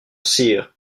sire